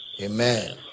Amen